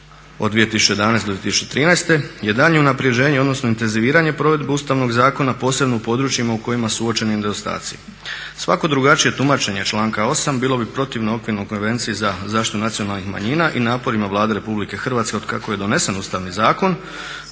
od 2011. do 2013. je daljnje unaprjeđenje odnosno intenziviranje provedbe Ustavnog zakona, posebno u područjima u kojima su uočeni nedostaci. Svako drugačije tumačenje članka 8. bilo bi protivno Okvirnoj konvenciji za zaštitu nacionalnih manjina i naporima Vlade Republike Hrvatske otkako je donesen Ustavni zakon